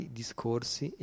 discorsi